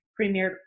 premiered